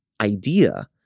idea